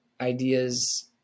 ideas